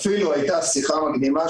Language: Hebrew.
אפילו היתה שיחה מקדימה,